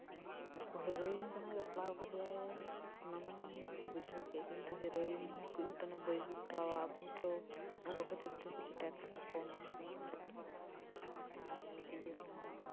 heroine ᱠᱟᱱᱟᱭ ᱵᱟᱯᱞᱟ ᱠᱟᱫᱮᱭᱟᱭ ᱚᱱᱟ ᱢᱟᱧ ᱵᱩᱡᱷᱟᱹᱣ ᱠᱮᱫ ᱜᱮ ᱪᱮᱫ ᱞᱮᱠᱟ ᱵᱳᱭ ᱠᱚ ᱠᱚᱨᱟᱣᱟ ᱟᱵᱚ ᱛᱩ ᱩᱱᱠᱩ ᱠᱷᱟᱹᱛᱤᱨ ᱛᱮ ᱠᱤᱪᱷᱩ ᱴᱮᱠᱥ ᱠᱚᱢ ᱮᱢ ᱦᱩᱭᱩᱜ ᱠᱟᱱ ᱛᱟᱵᱳᱱᱟ ᱟᱵᱚᱦᱚᱸ ᱟᱨ ᱤᱭᱟᱹ